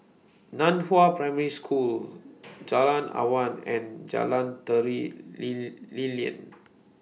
NAN Hua Primary School Jalan Awan and Jalan Tari Lee Lilin